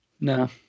No